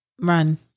Run